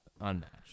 unmatched